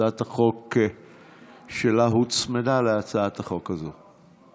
הצעת החוק שלה הוצמדה להצעת החוק הזו.